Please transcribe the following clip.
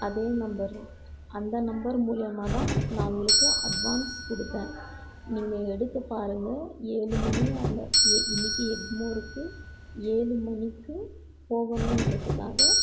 அதே நம்பர் அந்த நம்பர் மூலியமாக தான் நான் உங்களுக்கு அட்வான்ஸ் கொடுத்தன் நீங்கள் எடுத்து பாருங்கள் ஏழு மணி இன்னக்கு எக்மோருக்கு ஏழு மணிக்கு போகணுன்றதுக்காக